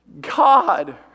God